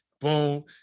boom